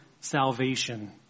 salvation